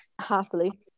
Happily